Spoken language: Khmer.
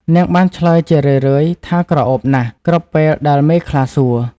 នាងបានឆ្លើយជារឿយៗថាក្រអូបណាស់ គ្រប់ពេលដែលមេខ្លាសួរ។